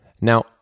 Now